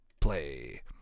play